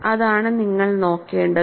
അതാണ് നിങ്ങൾ നോക്കേണ്ടത്